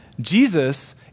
Jesus